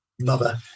mother